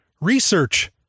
Research